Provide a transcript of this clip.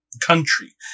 country